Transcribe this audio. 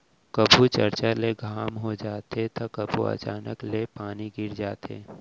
कभू चरचर ले घाम हो जाथे त कभू अचानक ले पानी गिर जाथे